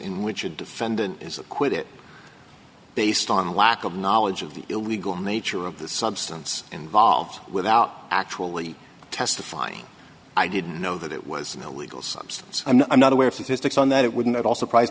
in which a defendant is acquitted based on lack of knowledge of the illegal nature of the substance involved without actually testifying i didn't know that it was an illegal substance and i'm not aware of statistics on that it wouldn't at all surprise